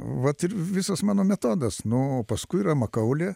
vat ir visas mano metodas nu paskui yra makaulė